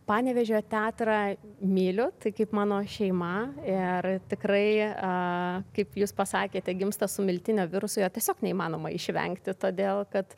panevėžio teatrą myliu tai kaip mano šeima ir tikrai kaip jūs pasakėte gimsta su miltinio virusu jo tiesiog neįmanoma išvengti todėl kad